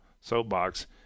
soapbox